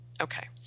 okay